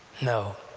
no.